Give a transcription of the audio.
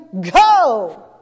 go